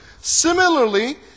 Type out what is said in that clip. Similarly